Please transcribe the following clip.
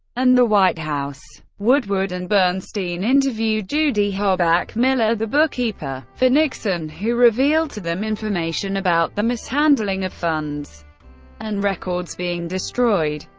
and the white house. woodward and bernstein interviewed judy hoback miller, the bookkeeper for nixon, who revealed to them information about the mishandling of funds and records being destroyed.